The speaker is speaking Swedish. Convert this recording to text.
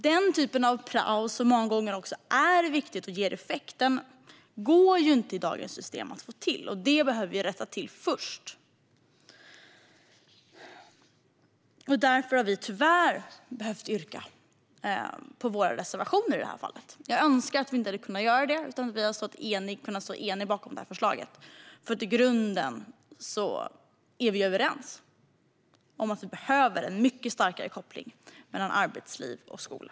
Den typ av prao som många gånger är viktig och som ger effekt går inte att få till i dagens system. Detta behöver vi rätta till först, och därför har vi tyvärr behövt yrka bifall till våra reservationer. Jag önskar att vi inte hade behövt göra det och att vi i stället hade kunnat stå eniga bakom detta förslag, för i grunden är vi överens om att vi behöver en mycket starkare koppling mellan arbetsliv och skola.